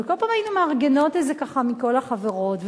וכל פעם היינו מארגנות ככה מכל החברות.